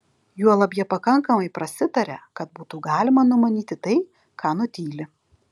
juolab jie pakankamai prasitaria kad būtų galima numanyti tai ką nutyli